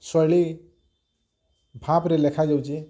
ଶୈଳୀ ଭାବ୍ରେ ଲେଖା ଯାଉଛି